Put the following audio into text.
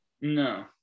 No